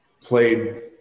played